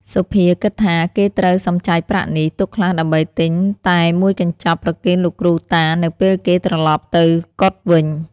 សុភាគិតថាគេត្រូវសំចៃប្រាក់នេះ ទុកខ្លះដើម្បីទិញតែមួយកញ្ចប់ ប្រគេនលោកគ្រូតានៅពេលគេត្រឡប់ ទៅកុដិវិញ ។